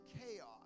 chaos